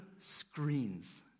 screens